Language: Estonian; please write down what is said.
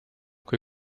kui